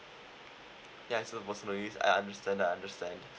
ya so personal use I understand I understand